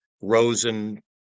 Rosen